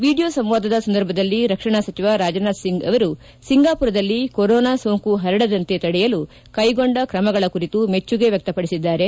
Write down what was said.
video ಸಂವಾದದ ಸಂದರ್ಭದಲ್ಲಿ ರಕ್ಷಣಾ ಸಚಿವ ರಾಜನಾಥ್ ಸಿಂಗ್ ಅವರು ಸಿಂಗಾಮರದಲ್ಲಿ ಕೊರೊನಾ ಸೋಂಕು ಪರಡದಂತೆ ತಡೆಯಲು ಕೈಗೊಂಡ ಕ್ರಮಗಳ ಕುರಿತು ಮೆಚ್ಚುಗೆ ವ್ಯಕ್ತಪಡಿಸಿದ್ದಾರೆ